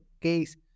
case